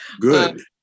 Good